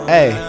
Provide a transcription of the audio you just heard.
Hey